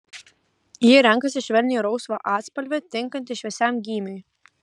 ji renkasi švelniai rausvą atspalvį tinkantį šviesiam gymiui